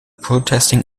protesting